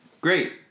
great